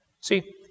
See